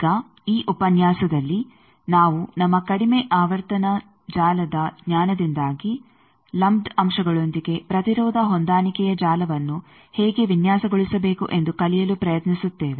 ಈಗ ಈ ಉಪನ್ಯಾಸದಲ್ಲಿ ನಾವು ನಮ್ಮ ಕಡಿಮೆ ಆವರ್ತನ ಜಾಲದ ಜ್ಞಾನದಿಂದಾಗಿ ಲಂಪ್ಡ್ ಅಂಶಗಳೊಂದಿಗೆ ಪ್ರತಿರೋಧ ಹೊಂದಾಣಿಕೆಯ ಜಾಲವನ್ನು ಹೇಗೆ ವಿನ್ಯಾಸಗೊಳಿಸಬೇಕು ಎಂದು ಕಲಿಯಲು ಪ್ರಯತ್ನಿಸುತ್ತೇವೆ